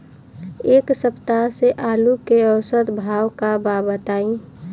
एक सप्ताह से आलू के औसत भाव का बा बताई?